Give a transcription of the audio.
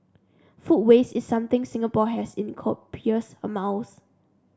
food waste is something Singapore has in copious amounts